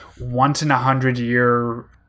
once-in-a-hundred-year